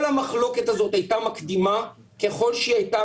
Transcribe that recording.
כל המחלוקת הזאת הייתה מקדימה ככל שהיא הייתה